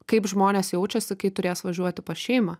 kaip žmonės jaučiasi kai turės važiuoti pas šeimą